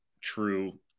true